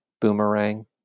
boomerang